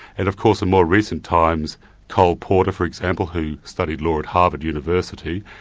and of course in more recent times cole porter for example who studied law at harvard university,